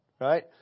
right